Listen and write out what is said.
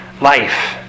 life